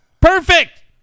Perfect